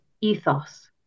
ethos